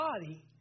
body